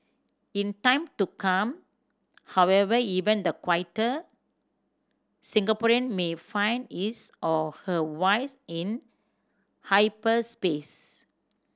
in time to come however even the quieter Singaporean may find his or her vice in hyperspace